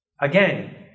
Again